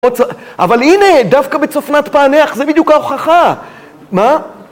אבל הנה, דווקא בצופנת פענח זה בדיוק ההוכחה. מה?